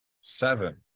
Seven